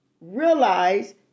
realize